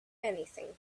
anything